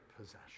possession